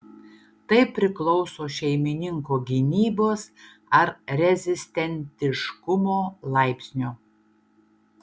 tai priklauso šeimininko gynybos ar rezistentiškumo laipsnio